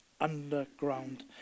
underground